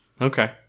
okay